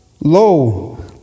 Lo